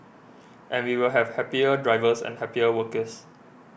and we will have happier drivers and happier workers